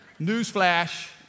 newsflash